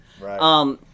Right